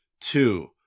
Two